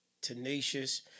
Tenacious